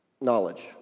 knowledge